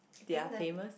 they are famous